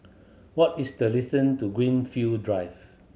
what is the distance to Greenfield Drive